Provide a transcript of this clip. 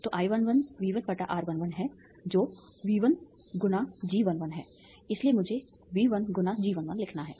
तो I11 V1 R11 है जो V1 G 11 है इसलिए मुझे V1 × G11 लिखना है